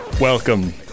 Welcome